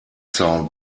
sound